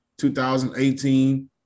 2018